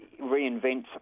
reinvent